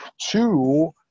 two